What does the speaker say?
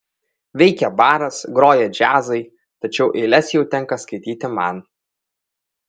veikia baras groja džiazai tačiau eiles jau tenka skaityti man